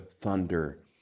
thunder